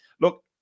Look